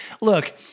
look